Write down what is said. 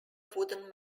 wooden